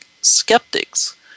skeptics